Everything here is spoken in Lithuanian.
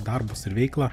darbus ir veiklą